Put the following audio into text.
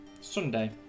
Sunday